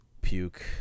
puke